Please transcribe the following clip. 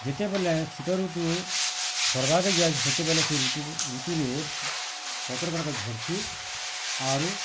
ଯେତେବେଲେ ଶୀତଋତୁ ସର୍ବାକେ ଯାଇଛି ସେତେବେଲେ ସେ ଋତୁରେ ପତ୍ରଗୁଡ଼ାକ ଝଡ଼୍ସି ଆରୁ